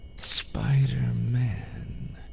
Spider-man